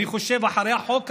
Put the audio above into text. אני חושב שאחרי החוק הזה,